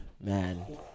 man